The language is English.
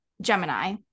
Gemini